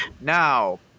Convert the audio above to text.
now